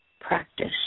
practice